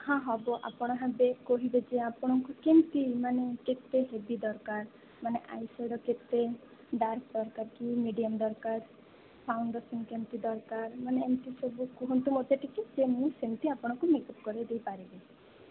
ହଁ ହେବ ଆପଣ ହେବେ କହିବେଯେ ଆପଣଙ୍କୁ କେମିତି ମାନେ କେତେ ହେଭି ଦରକାର ମାନେ ଆଇ ସ୍ୟାଡୋ କେତେ ଡାର୍କ ଦରକାର କି ମିଡିଅମ ଦରକାର ଫାଉଣ୍ଡେସନ କେମିତି ଦରକାର ମାନେ ଏମିତି ସବୁ କୁହନ୍ତୁ ମୋତେ ଟିକେ ଯେ ମୁଁ ସେମିତି ଆପଣଙ୍କୁ ମେକଅପ କରେଇ ଦେଇ ପାରିବି